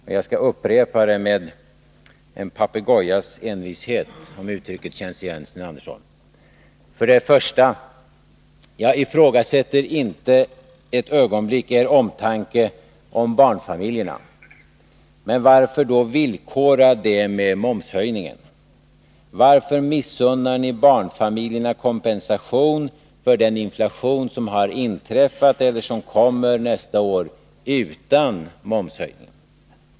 Och jag skall upprepa detta med en papegojas envishet, om uttrycket känns igen, Sten Andersson. För det första: Jag ifrågasätter inte ett ögonblick er omtanke om barnfamiljerna. Men varför då villkora den med momshöjningen? Varför missunnar ni, utan momshöjningen, barnfamiljerna kompensation för den inflation som har inträffat eller kommer att inträffa nästa år?